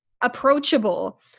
approachable